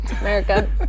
America